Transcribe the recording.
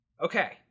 Okay